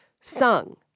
sung